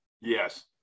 Yes